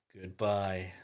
Goodbye